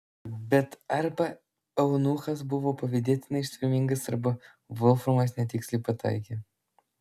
bet arba eunuchas buvo pavydėtinai ištvermingas arba volframas netiksliai pataikė